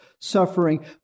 suffering